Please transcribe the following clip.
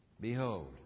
Behold